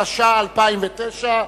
התש"ע 2010,